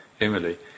Emily